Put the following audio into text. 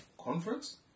conference